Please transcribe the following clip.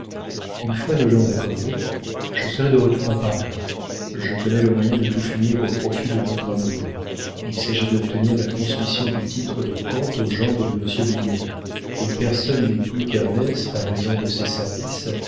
une fois nos gens accordés je serai de retour à paris je connais le moyen de tout finir au profit de notre amoureux il s'agit d'obtenir la transmission du titre de comte au gendre de monsieur mignon et personne n'est plus qu'ernest à raison de ses services